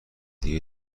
دیگه